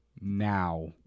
now